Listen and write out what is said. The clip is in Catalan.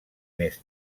més